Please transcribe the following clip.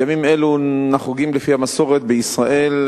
ימים אלו נחוגים לפי המסורת בישראל,